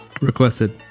Requested